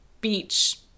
beach